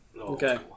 Okay